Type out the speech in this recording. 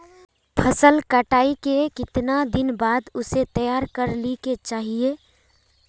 फसल कटाई के कीतना दिन बाद उसे तैयार कर ली के चाहिए?